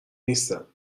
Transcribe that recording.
نیستم